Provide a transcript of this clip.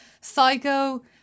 Psycho